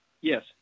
Yes